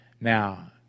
Now